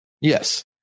Yes